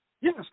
Yes